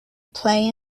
play